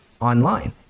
online